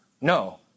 No